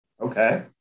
Okay